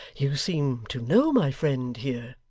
you seem to know my friend here